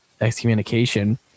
excommunication